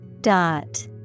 Dot